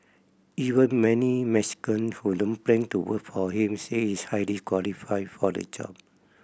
even many Mexican who don't plan to for him say he's highly qualified for the job